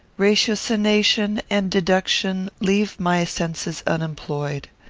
ratiocination and deduction leave my senses unemployed.